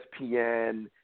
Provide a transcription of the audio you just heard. ESPN